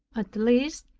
at last,